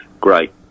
great